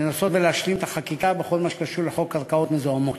להשלים את החקיקה בכל מה שקשור לחוק קרקעות מזוהמות.